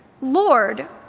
lord